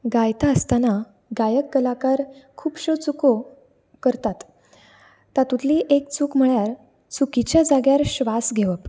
गायता आस्तना गायक कलाकार खूबश्यो चुको करतात तातूंतली एक चूक म्हळ्यार चुकीच्या जाग्यार श्वास घेवप